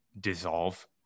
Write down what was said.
dissolve